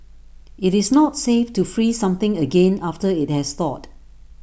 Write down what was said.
IT is not safe to freeze something again after IT has thawed